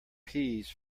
peas